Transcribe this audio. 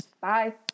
Bye